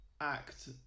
act